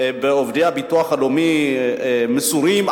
בעובדי הביטוח הלאומי המסורים,